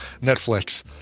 Netflix